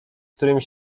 którymi